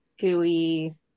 gooey